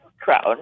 crown